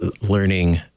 learning